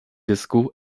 disco